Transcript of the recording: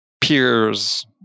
peers